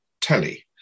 telly